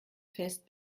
fest